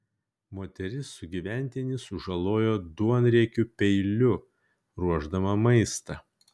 moteris sugyventinį sužalojo duonriekiu peiliu ruošdama maistą